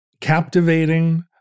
captivating